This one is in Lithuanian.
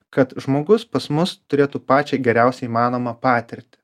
kad žmogus pas mus turėtų pačią geriausią įmanomą patirtį